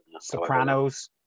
Sopranos